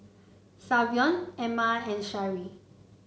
Savion Emma and Sharee